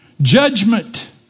judgment